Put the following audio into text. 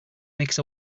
makes